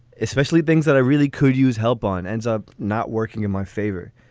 especially things that i really could use help on, ends up not working in my favor